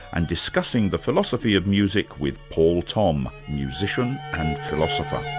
and discussing the philosophy of music with paul thom, musician and philosopher.